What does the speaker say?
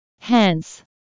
Hence